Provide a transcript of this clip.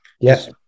Yes